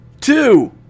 two